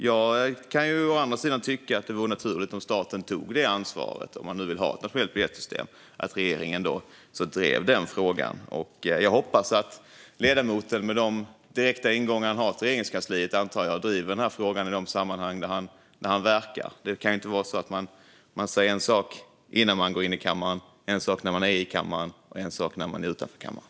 Jag tycker dock att det vore naturligt att staten tog ansvar för ett nationellt biljettsystem och att regeringen drev denna fråga. Jag hoppas att ledamoten med sina direkta ingångar till Regeringskansliet driver denna fråga i de sammanhang där han verkar. Det kan ju inte vara så att man säger en sak innan man går in i kammaren, en sak när man är i kammaren och en sak när man är utanför kammaren.